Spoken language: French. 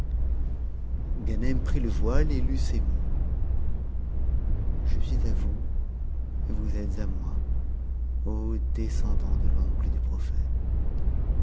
ganem prit le voile et lut ces mots a je suis à vous et vous êtes à moi descendant de l'oncle du prophète